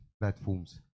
platforms